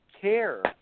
care